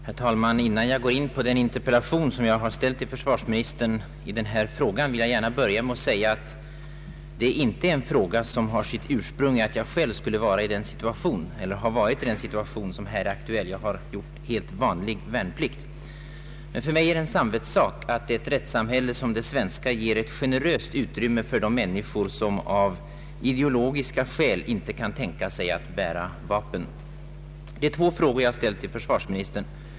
Herr talman! Innan jag går in på den interpellation som jag har ställt till försvarsministern i denna fråga vill jag gärna säga att det inte är en fråga som har sitt ursprung i att jag skulle vara eller ha varit i den situation som här är aktuell. Jag har gjort helt vanlig värnplikt. För mig är det emellertid en samvetssak att ett rättssamhälle som det svenska ger ett generöst utrymme för de människor som av ideologiska skäl inte kan tänka sig att bära vapen. Det är två frågor jag har ställt till försvarsministern.